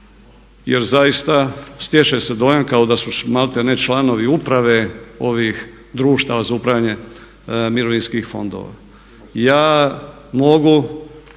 jer zaista stječe se dojam kao da su maltene članovi uprave ovih društava za upravljanje mirovinskih fondova.